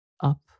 Up